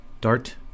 Dart